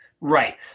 Right